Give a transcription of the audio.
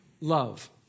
love